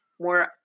more